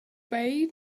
bay